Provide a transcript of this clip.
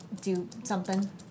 do-something